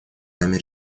нами